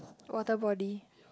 water body